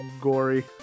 gory